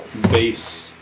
base